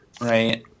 right